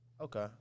Okay